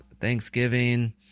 Thanksgiving